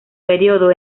periodo